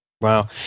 Wow